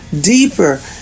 deeper